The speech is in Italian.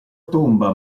tomba